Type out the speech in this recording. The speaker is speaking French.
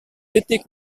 étaient